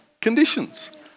conditions